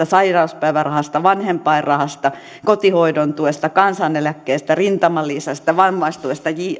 sairauspäivärahasta vanhempainrahasta kotihoidontuesta kansaneläkkeestä rintamalisästä vammaistuesta ja